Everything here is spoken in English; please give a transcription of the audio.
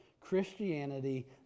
Christianity